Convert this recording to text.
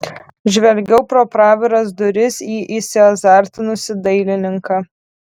žvelgiau pro praviras duris į įsiazartinusį dailininką